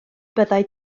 byddai